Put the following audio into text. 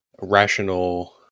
rational